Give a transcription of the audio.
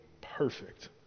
perfect